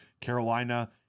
carolina